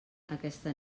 aquesta